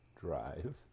drive